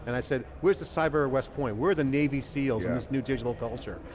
and i said, where's the cyber west point? we're the navy seals in this new digital culture.